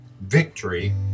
victory